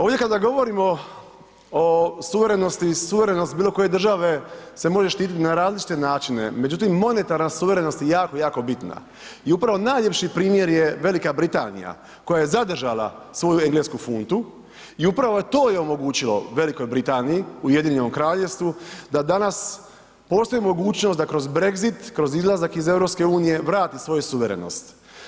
Ovdje kada govorimo o suverenosti i suverenost bilo koje države se može štiti na različite načine, međutim monetarna suverenost je jako, jako bitna i upravo najljepši primjer je Velika Britanija koja je zadržala svoju englesku funtu i upravo to je omogućilo Velikoj Britaniji, Ujedinjenom Kraljevstvu da danas postoji mogućnost da kroz Brexit, kroz izlazak iz EU vrati svoju suverenost.